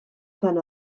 gan